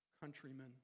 countrymen